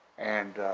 and